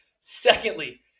Secondly